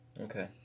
Okay